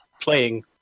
playing